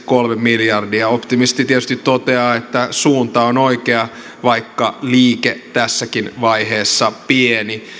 kolme miljardia optimisti tietysti toteaa että suunta on oikea vaikka liike tässäkin vaiheessa pieni